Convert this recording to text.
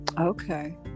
Okay